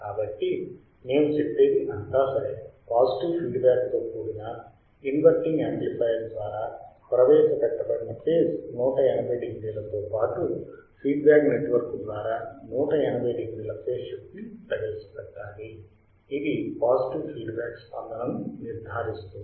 కాబట్టి మేము చెప్పేది అంతా సరే పాజిటివ్ ఫీడ్ బ్యాక్ తో కూడిన ఇన్వర్టింగ్ యామ్ప్లిఫయర్ ద్వారా ప్రవేశపెట్టబడిన ఫేజ్ 180 డిగ్రీలతో పాటు ఫీడ్బ్యాక్ నెట్వర్క్ ద్వారా 180 డిగ్రీల ఫేజ్ షిఫ్ట్ ని ప్రవేశపెట్టాలి ఇది పాజిటివ్ ఫీడ్ బ్యాక్ స్పందనను నిర్ధారిస్తుంది